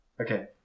Okay